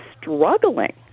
struggling